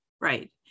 Right